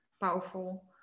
powerful